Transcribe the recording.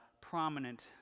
prominent